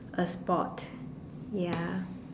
a sport ya